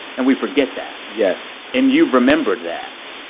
and we forget that yes and you've remembered that,